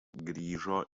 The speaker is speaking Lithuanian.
grįžo